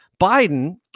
Biden